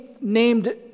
named